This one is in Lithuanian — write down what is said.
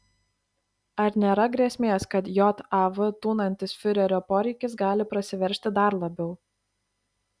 ar nėra grėsmės kad jav tūnantis fiurerio poreikis gali prasiveržti dar labiau